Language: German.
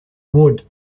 wood